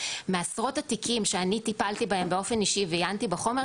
מעשרות התיקים שאני טיפלתי בהם באופן אישי ועיינתי בחומר,